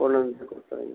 கொண்டு வந்து கொடுத்த